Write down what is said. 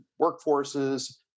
workforces